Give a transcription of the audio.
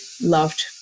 loved